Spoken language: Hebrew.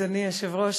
אדוני היושב-ראש,